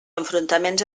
enfrontaments